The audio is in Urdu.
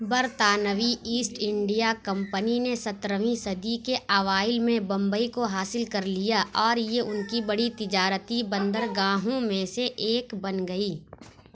برطانوی انڈیا کمپنی نے سترھویں صدی کے اوائل میں ممبئی کو حاصل کر لیا اور یہ ان کی بڑی تجارتی بندرگاہوں میں سے ایک بن گئی